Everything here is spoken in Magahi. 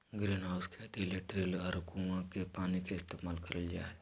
ग्रीनहाउस खेती ले ड्रिल करल कुआँ के पानी के इस्तेमाल करल जा हय